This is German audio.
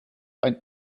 ein